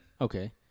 Okay